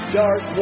dark